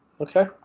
Okay